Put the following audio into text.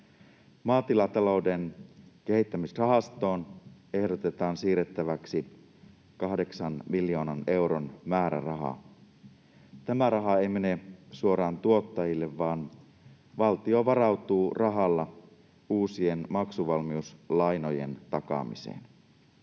Maatilatalouden kehittämisrahastoon ehdotetaan siirrettäväksi 8 miljoonan euron määräraha. Tämä raha ei mene suoraan tuottajille, vaan valtio varautuu rahalla uusien maksuvalmiuslainojen takaamiseen.